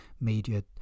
media